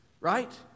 right